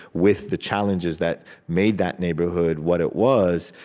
with the challenges that made that neighborhood what it was,